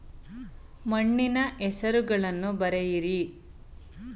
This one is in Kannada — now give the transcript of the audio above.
ಮಣ್ಣಿನ ಹೆಸರುಗಳನ್ನು ಬರೆಯಿರಿ